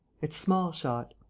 it's small shot.